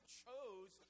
chose